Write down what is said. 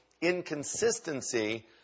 inconsistency